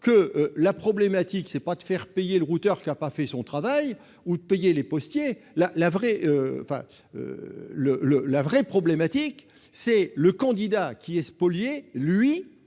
Le problème, ce n'est pas de faire payer le routeur qui n'a pas fait son travail ou de rémunérer les postiers. Le vrai problème, c'est le candidat qui est spolié,